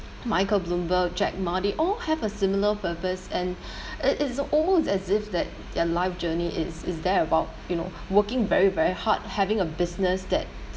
michael bloomberg jack ma they all have a similar purpose and it is almost as if that their life journey is is there about you know working very very hard having a business that